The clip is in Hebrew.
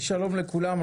שלום לכולם.